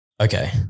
Okay